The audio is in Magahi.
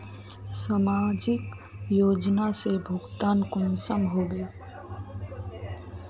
समाजिक योजना से भुगतान कुंसम होबे?